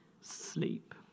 sleep